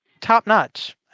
top-notch